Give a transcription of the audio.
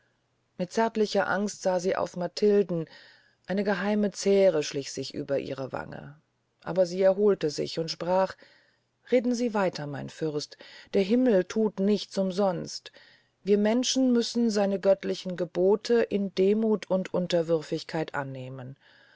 mit zärtlicher angst sah sie auf matilden eine geheime zähre schlich sich über ihre wangen aber sie erholte sich und sprach reden sie weiter mein fürst der himmel thut nichts umsonst wir menschen müssen seine göttlichen gebote in demuth und unterwürfigkeit annehmen